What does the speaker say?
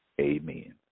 Amen